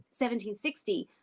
1760